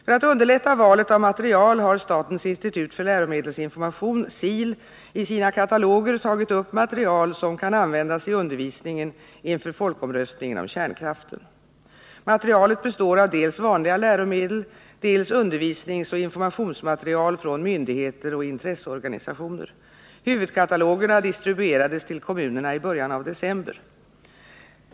För att underlätta valet av material har statens institut för läromedelsinformation, SIL, i sina kataloger tagit upp material som kan användas i undervisningen inför folkomröstningen om kärnkraften. Materialet består av dels vanliga läromedel, dels undervisningsoch informationsmaterial från myndigheter och intresseorganisationer. Huvudkatalogerna distribuerades tillkommunerna i början av december.